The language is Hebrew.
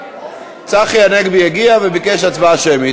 צחי הנגבי הגיע וביקש הצבעה שמית.